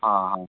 ಆಂ ಹಾಂ